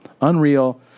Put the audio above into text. Unreal